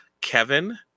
Kevin